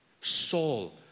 Saul